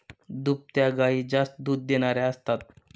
दुभत्या गायी जास्त दूध देणाऱ्या असतात